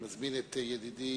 אני מזמין את ידידי